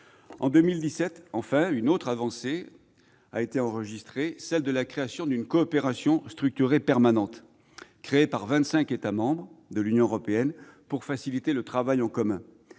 En 2017, une autre avancée a été enregistrée, avec la création d'une « coopération structurée permanente » par vingt-cinq États membres de l'Union européenne, pour faciliter le travail en commun.